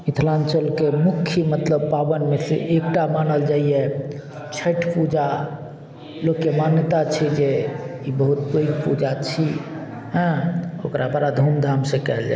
मिथिलाञ्चलके मुख्य मतलब पाबनिमे सँ एकटा मानल जाइए छठि पूजा लोकके मान्यता छै जे ई बहुत पैघ पूजा छी हँ ओकरा बड़ा धूमधामसँ कयल जाइए